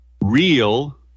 Real